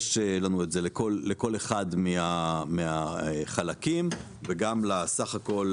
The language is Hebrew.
יש לנו את זה לכל אחד מהחלקים וגם לסך הכול